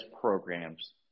programs